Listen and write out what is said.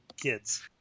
kids